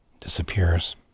disappears